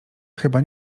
chyba